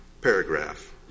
paragraph